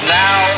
now